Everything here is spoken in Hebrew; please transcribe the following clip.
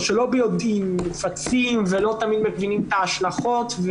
שלא ביודעין מופצים ולא תמיד מבינים את ההשלכות.